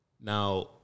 Now